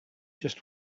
just